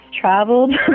traveled